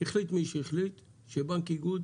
החליט מי שהחליט שבנק איגוד